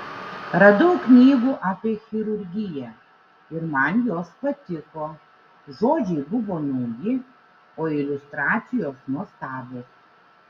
radau knygų apie chirurgiją ir man jos patiko žodžiai buvo nauji o iliustracijos nuostabios